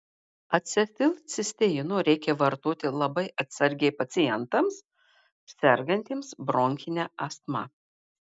acetilcisteino reikia vartoti labai atsargiai pacientams sergantiems bronchine astma